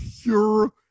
pure